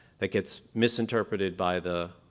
that gets misinterpreted by the